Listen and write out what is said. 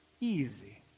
easy